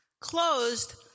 closed